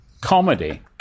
comedy